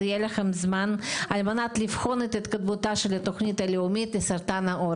יהיה לכם זמן על מנת לבחון את התקדמותה של התוכנית הלאומית לסרטן העור,